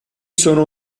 sono